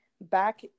back